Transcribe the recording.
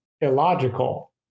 illogical